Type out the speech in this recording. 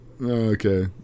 Okay